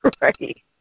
right